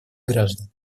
граждан